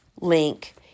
link